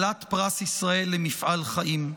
כלת פרס ישראל למפעל חיים.